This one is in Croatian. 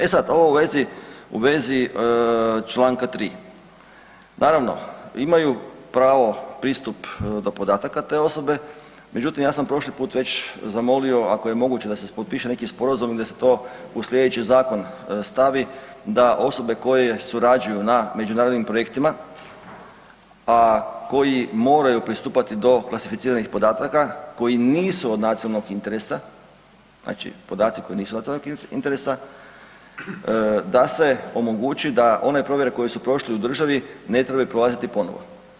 E sad ovo u vezi čl. 3., naravno imaju pravo pristup do podataka te osobe, međutim ja sam prošli put već zamolio ako je moguće da se potpiše neki sporazum i da se to u sljedeći zakon stavi, da osobe koje surađuju na međunarodnim projektima, a koji moraju pristupati do klasificiranih podataka koji nisu od nacionalnog interesa, znači podaci koji nisu od nacionalnog interesa da se omogući da one provjere koje su prošle u državi ne trebaju prolaziti ponovo.